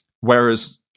Whereas